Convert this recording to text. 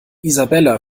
isabella